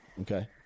Okay